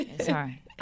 Sorry